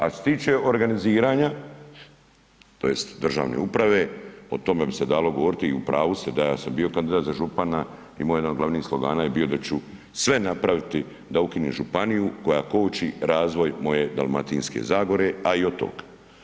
A što se tiče organizirana tj. državne uprave, o tome bi se dalo govoriti i u pravu ste da ja sam bio kandidat za župana i moj jedan od glavnih slogana bio je da ću sve napraviti da ukinem županiju koja koči razvoj moje Dalmatinske zagore, a i otoka.